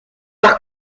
par